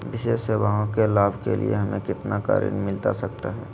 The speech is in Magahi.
विशेष सेवाओं के लाभ के लिए हमें कितना का ऋण मिलता सकता है?